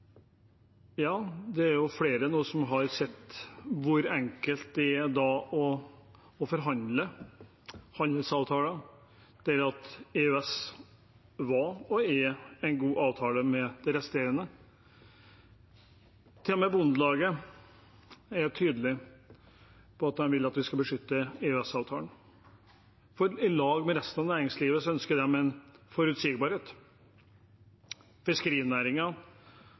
Ja, det er flere som nå har sett hvor enkelt det da er å forhandle fram handelsavtaler. Man ser at EØS-avtalen var og er en god avtale med resten av EU. Til og med Bondelaget er tydelig på at de vil at vi skal beskytte EØS-avtalen. Sammen med resten av næringslivet ønsker de forutsigbarhet. Fiskerinæringen er, som Ingalill Olsen sa på en